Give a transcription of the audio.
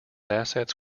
assets